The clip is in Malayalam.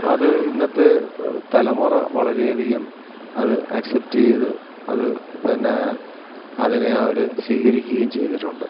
അത് ഇന്നത്തെ തലമുറ വളരെ അധികം അത് അക്സെപ്റ്റെ ചെയ്ത് അത് പിന്നെ അതിനെ അവർ സ്വീകരിക്കുകേം ചെയ്തിട്ടുണ്ട്